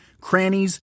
crannies